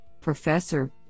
Professor